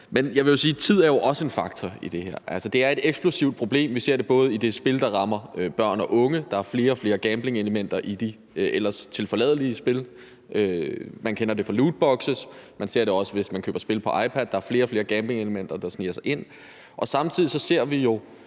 Men jeg vil sige, at tid jo også er en faktor i det her. Altså, det er et eksplosivt problem. Vi ser det i de spil, der rammer børn og unge; der er flere og flere gamblingelementer i de ellers tilforladelige spil. Man kender det fra lootbokse. Man ser det også, hvis man køber spil på iPad. Der er flere og flere gamblingelementer, der sniger sig ind. Samtidig ser vi jo